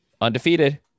undefeated